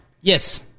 Yes